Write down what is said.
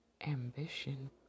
ambition